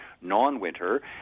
non-winter